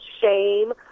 shame